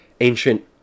ancient